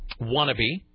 Wannabe